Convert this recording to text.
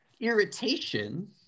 irritation